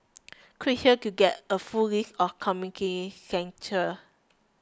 click here to get a full list of community centres